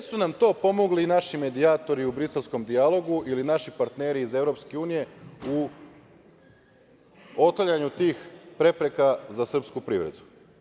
Gde su nam to pomogli naši medijatori u briselskom dijalogu ili naši partneri iz Evropske unije u otklanjanju tih prepreka za srpsku privredu?